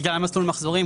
בגלל מסלול המחזורים.